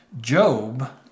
Job